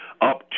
up